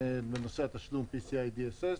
ובנושא התשלום - PSIDSS.